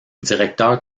directeur